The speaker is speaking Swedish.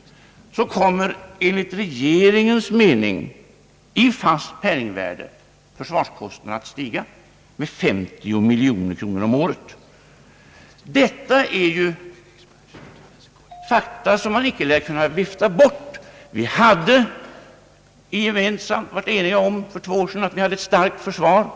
— kommer enligt regeringens uppfattning försvarskostnaderna i fast penningvärde att stiga med 50 miljoner kronor om året. Detta är ju fakta som man inte lär kunna vifta bort. För två år sedan var vi eniga om att vi hade ett starkt försvar.